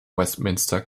westminster